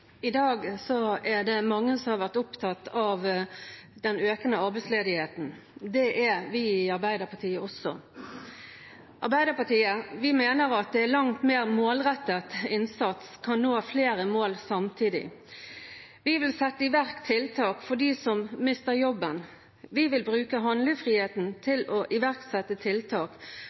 I dag er det mange som har vært opptatt av den økende arbeidsledigheten. Det er vi i Arbeiderpartiet også. Vi i Arbeiderpartiet mener at en med en langt mer målrettet innsats kan nå flere mål samtidig. Vi vil sette i verk tiltak for dem som mister jobben. Vi vil bruke handlefriheten